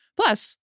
Plus